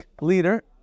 leader